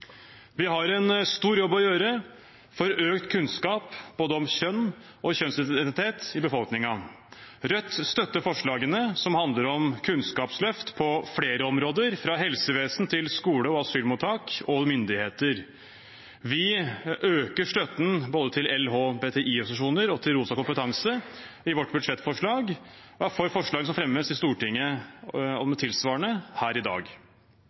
Vi har en stor jobb å gjøre for økt kunnskap om både kjønn og kjønnsidentitet i befolkningen. Rødt støtter forslagene som handler om kunnskapsløft på flere områder, fra helsevesen til skole, asylmottak og myndigheter. Vi øker støtten både til LHBTI-organisasjoner og til Rosa kompetanse i vårt budsjettforslag, og vi er for forslag som fremmes i Stortinget om tilsvarende her i dag.